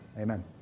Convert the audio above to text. amen